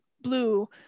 Blue